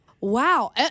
wow